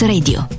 Radio